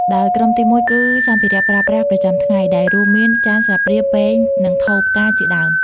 ដោយក្រុមទីមួយគឺ សម្ភារៈប្រើប្រាស់ប្រចាំថ្ងៃ ដែលរួមមាន ចាន ស្លាបព្រា ពែង និងថូផ្កា ជាដើម។